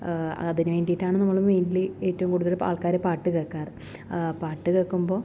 അതിന് വേണ്ടിയിട്ടാണ് നമ്മള് മെയ്ൻലി ഏറ്റവും കൂടുതൽ ആൾക്കാര് പാട്ട് കേൾക്കാറ് പാട്ട് കേൾക്കുമ്പം